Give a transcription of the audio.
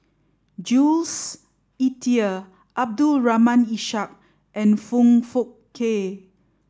Jules Itier Abdul Rahim Ishak and Foong Fook Kay